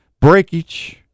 breakage